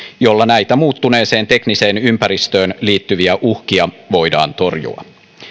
jolla näitä muuttuneeseen tekniseen ympäristöön liittyviä uhkia voidaan torjua